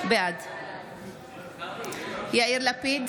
בעד יאיר לפיד,